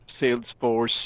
Salesforce